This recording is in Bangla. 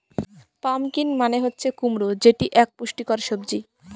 পাম্পকিন মানে হচ্ছে কুমড়ো যেটি এক পুষ্টিকর সবজি